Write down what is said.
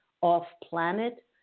off-planet